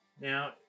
Now